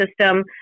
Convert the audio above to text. system